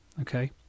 okay